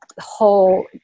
whole